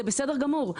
זה בסדר גמור,